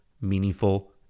meaningful